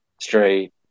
straight